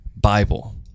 Bible